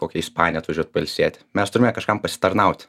kokią ispaniją atvažiuot pailsėti mes turime kažkam pasitarnauti